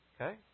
Okay